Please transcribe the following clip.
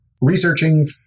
researching